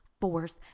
force